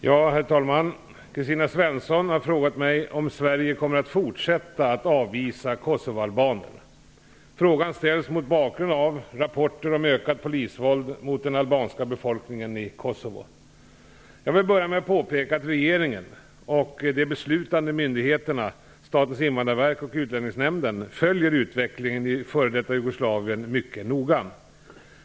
Herr talman! Kristina Svensson har frågat mig om Sverige kommer att fortsätta att avvisa kosovoalbaner. Frågan ställs mot bakgrund av rapporter om ökat polisvåld mot den albanska befolkningen i Kosovo. Jag vill börja med att påpeka att regeringen och de beslutande myndigheterna, Statens invandrarverk och Jugoslavien mycket noga.